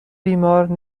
بیمار